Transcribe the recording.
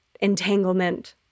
entanglement